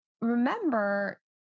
remember